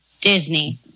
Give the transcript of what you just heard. Disney